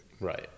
Right